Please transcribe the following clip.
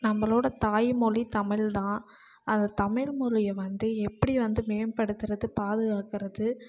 நம்மளோட தாய்மொழி தமிழ்தான் அந்த தமிழ்மொழியை வந்து எப்படி வந்து மேம்படுத்துகிறது பாதுகாக்கிறது